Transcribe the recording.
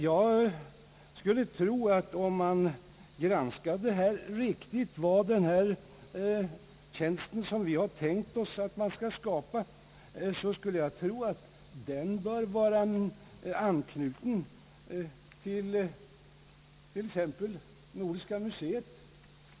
Jag skulle tro att det vid en granskning av den tjänst, som vi har tänkt oss skapa, skulle kunna framgå att den bör vara knuten till t.ex. Nordiska museet.